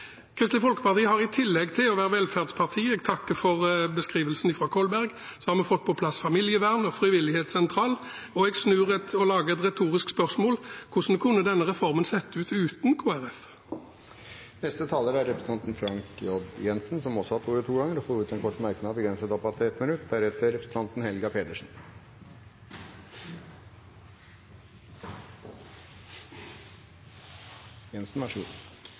Kristelig Folkeparti har i tillegg til å være velferdspartiet – jeg takker for beskrivelsen fra Kolberg – fått på plass familievern og frivillighetssentral. Jeg snur det og lager et retorisk spørsmål: Hvordan kunne denne reformen sett ut uten Kristelig Folkeparti? Representanten Frank J. Jenssen har hatt ordet to ganger tidligere og får ordet til en kort merknad, begrenset til 1 minutt.